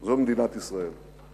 זה מדינת ישראל.